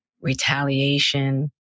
retaliation